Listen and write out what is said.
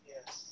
Yes